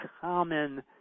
common